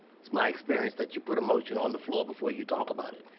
it's my experience that you put a motion on the floor before you talk about it,